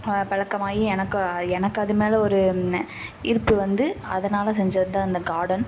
பழக்கமாயி எனக்கு எனக்கு அதுமேல் ஒரு ஈர்ப்பு வந்து அதனால செஞ்சது தான் இந்த காடன்